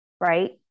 right